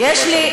יש לי,